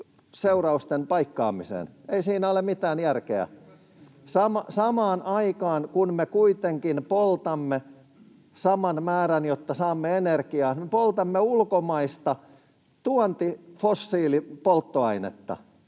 [Toimi Kankaanniemi: Ei pätkääkään järkeä!] Samaan aikaan, kun me kuitenkin poltamme saman määrän, jotta saamme energiaa, me poltamme ulkomaista tuontifossiilipolttoainetta.